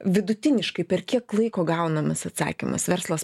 vidutiniškai per kiek laiko gaunamas atsakymas verslas